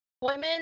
women